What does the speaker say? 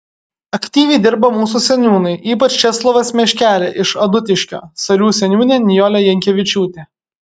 aktyviai dirba mūsų seniūnai ypač česlovas meškelė iš adutiškio sarių seniūnė nijolė jankevičiūtė